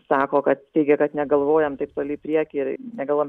sako kad teigia kad negalvojam taip toli į priekį negalvojam